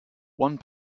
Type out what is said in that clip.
one